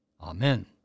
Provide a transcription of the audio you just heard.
Amen